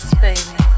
baby